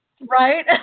Right